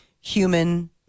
human